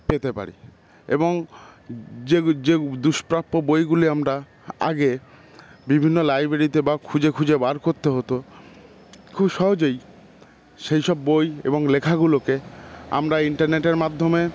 পেতে পারি এবং যে যে দুষ্প্রাপ্য বইগুলি আমরা আগে বিভিন্ন লাইব্রেরিতে বা খুঁজে খুঁজে বার করতে হতো খুব সহজেই সেই সব বই এবং লেখাগুলোকে আমরা ইন্টারনেটের মাধ্যমে